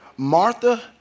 Martha